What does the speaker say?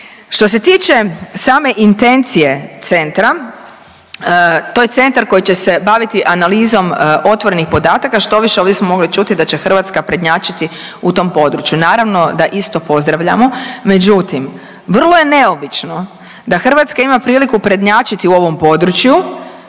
Što se tiče same intencije centra to je centar koji će se baviti analizom otvorenih podataka, štoviše ovdje smo mogli čuti da će Hrvatska prednjačiti u tom području. Naravno da isto pozdravljamo, međutim vrlo je neobično da Hrvatska ima priliku prednjačiti u ovom području